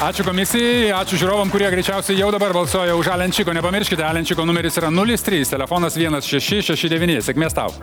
ačiū komisijai ačiū žiūrovam kurie greičiausiai jau dabar balsuoja už alen čiko nepamirškite alen čiko numeris yra nulis trys telefonas vienas šeši šeši devyni sėkmės tau